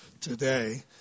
today